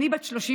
אני בת 35